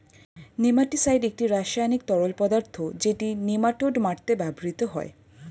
nematicide একটি রাসায়নিক তরল পদার্থ যেটি নেমাটোড মারতে ব্যবহৃত হয়